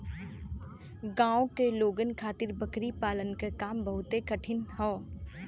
गांव के लोगन खातिर बकरी पालना क काम बहुते ठीक हौ